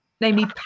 namely